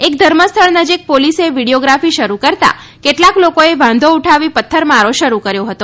એક ધર્મસ્થળ નજીક પોલીસે વિડીયોગ્રાફી શરૂ કરતા કેટલાક લોકોએ વાંધો ઉઠાવી પથ્થરમારો શરૂ કર્યો હતો